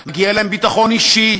מגיע להם ביטחון אישי,